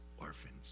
orphans